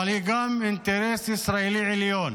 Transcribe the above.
אבל היא גם אינטרס ישראלי עליון.